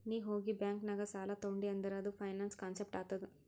ನೀ ಹೋಗಿ ಬ್ಯಾಂಕ್ ನಾಗ್ ಸಾಲ ತೊಂಡಿ ಅಂದುರ್ ಅದು ಫೈನಾನ್ಸ್ ಕಾನ್ಸೆಪ್ಟ್ ಆತ್ತುದ್